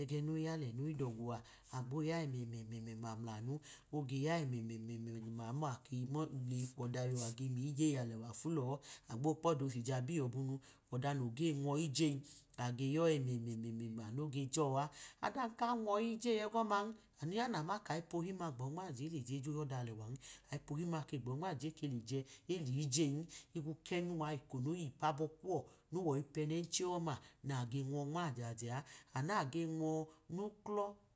ẹgẹ noge yalẹ e noyi dogwu a, agbo oya ẹmẹmẹmẹma mulanu oge ya emẹmẹmẹma ọma akeyi keyi leyi kwọdayọ agbo mi yeyi ilẹwa fu lọ, agbo kpoda hija biyọbunu, ọda noge nwọ iyeyi sbe yọ emẹmẹmẹma noye jọ a, ọdan ka nwọ yeyi egọm anu ya nama kayipe ohi liyẹ ejo yọ da alewam, ayi ipe, ohim-ma gboje eke leje aliyeyin, higbo kenuwa eko no yipu abọ kuwọ woyi ipẹnẹnchẹ nage nwọa nmajjs, anu age nwọ uklọ ne họ.